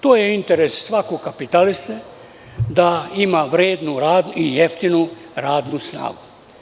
To je interes svakog kapitaliste, da ima vrednu i jeftinu radnu snagu.